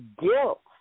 guilt